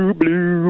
blue